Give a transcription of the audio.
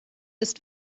ist